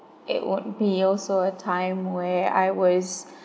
it would be also a time where I was